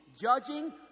judging